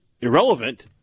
irrelevant